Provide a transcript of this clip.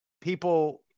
people